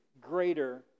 greater